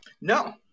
No